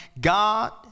God